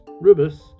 Rubus